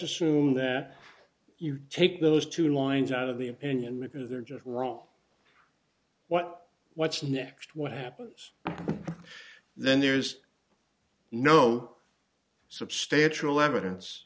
assume that you take those two lines out of the opinion because they're just wrong what what's next what happens and then there's no substantial evidence